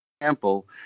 example